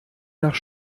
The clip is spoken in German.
nach